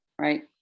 right